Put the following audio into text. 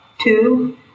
two